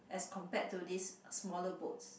as compared to this smaller boats